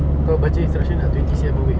kau baca instructions lah twenty C_M away